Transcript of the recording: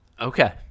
Okay